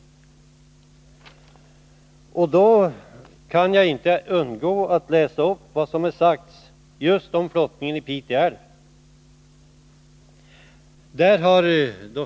Då kan jag inte underlåta att läsa upp vad utskottet skriver om flottningen i Pite älv.